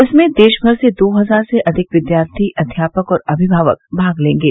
इसमें देशभर से दो हजार से अधिक विद्यार्थी अध्यापक और अभिमावक भाग लेंगे